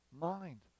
mind